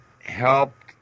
helped